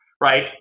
right